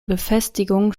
befestigung